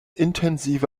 intensive